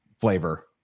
flavor